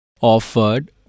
offered